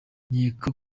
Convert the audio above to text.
nkeka